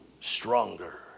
stronger